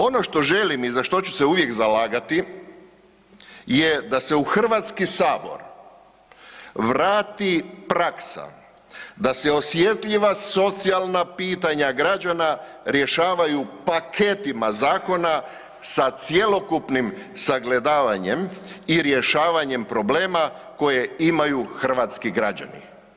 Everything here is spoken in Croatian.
Ono što želim i za što ću se uvijek zalagati je da se u Hrvatski sabor vrati praksa da se osjetljiva socijalna pitanja građana rješavaju paketima zakona sa cjelokupnim sagledavanjem i rješavanjem problema koje imaju hrvatski građani.